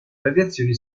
radiazioni